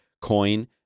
coin